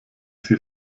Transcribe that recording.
sie